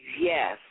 Yes